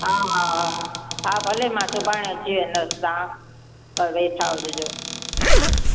हा हा हा हा भले मां सुभाणे अची वेंदसि तव्हां त वेठा हुजिजो